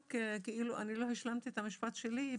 ואז היא תגיד,